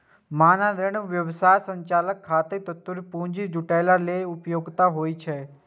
मांग ऋण व्यवसाय संचालन खातिर त्वरित पूंजी जुटाबै लेल उपयुक्त होइ छै